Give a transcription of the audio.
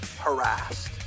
harassed